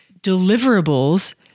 deliverables